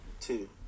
two